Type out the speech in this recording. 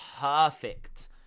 perfect